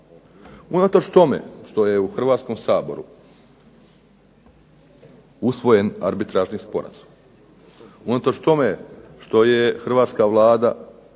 Unatoč tome što je u Hrvatskom saboru usvojen arbitražni sporazum, unatoč tome što je Hrvatska vlada